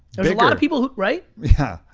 there's a lot of people who, right? yeah.